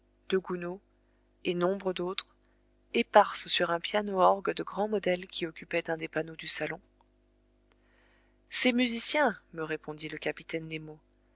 et nombre d'autres éparses sur un pianoorgue de grand modèle qui occupait un des panneaux du salon ces musiciens me répondit le capitaine nemo